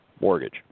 mortgage